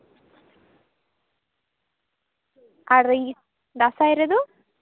ᱟᱨ ᱫᱟᱸᱥᱟᱭ ᱨᱮᱫᱚ